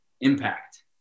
impact